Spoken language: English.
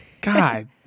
God